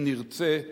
אם נרצה,